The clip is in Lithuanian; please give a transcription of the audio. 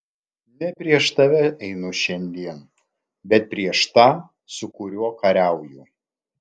ne prieš tave einu šiandien bet prieš tą su kuriuo kariauju